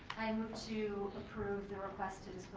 i move to approve the request to